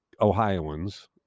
ohioans